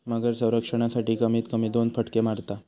मगर संरक्षणासाठी, कमीत कमी दोन फटके मारता